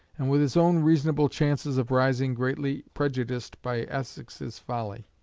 and with his own reasonable chances of rising greatly prejudiced by essex's folly.